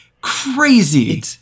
crazy